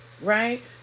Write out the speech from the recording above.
Right